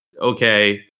Okay